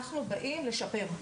אנחנו באים לשפר,